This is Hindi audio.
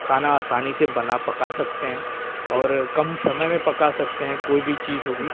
खाना आसानी से बना पका सकते हैं और कम समय में पका सकते हैं कोई भी चीज़ होगी